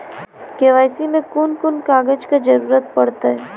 KYC मे कून कून कागजक जरूरत परतै?